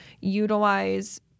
utilize